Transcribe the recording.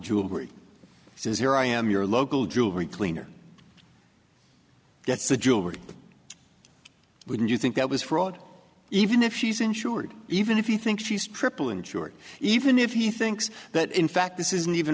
jewelry says here i am your local jewelry cleaner that's a jewelry wouldn't you think that was fraud even if she's insured even if you think she's triple insured even if he thinks that in fact this isn't even